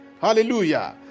Hallelujah